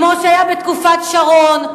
כמו שהיה בתקופת שרון.